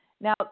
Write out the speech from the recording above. Now